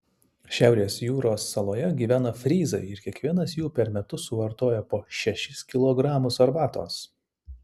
šiaurės jūros saloje gyvena fryzai ir kiekvienas jų per metus suvartoja po šešis kilogramus arbatos